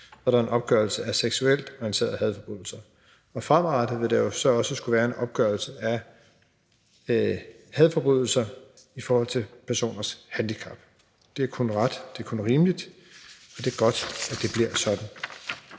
begrundet i offerets seksuel orientering. Fremadrettet vil der så også skulle være en opgørelse over hadforbrydelser begrundet i personens handicap. Det er kun ret og rimeligt, og det er godt, at det bliver sådan.